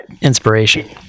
inspiration